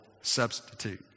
substitute